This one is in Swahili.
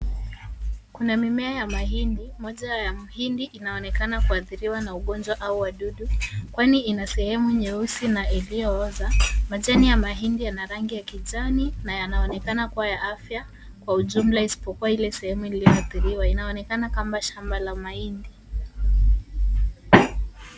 kuna mimea ya mahindi moja ya mhindi inaonekana kuathiriwa na ugonjwa au wadudu kwani inasehemu nyeusi na iliyooza. Majani ya mahindi yana rangi ya kijani na yanaonekana kuwa ya afya kwa ujumla isipokuwa ile sehemu iliyoathiriwa. Linaonekana kama shamba la mahindi.